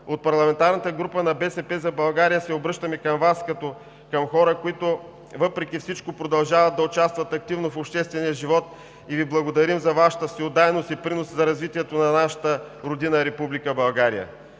От парламентарната група на „БСП за България“ се обръщаме към Вас като към хора, които, въпреки всичко, продължават да участват активно в обществения живот, и Ви благодарим за Вашата всеотдайност и принос за развитието на нашата родина – Република България!